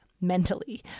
mentally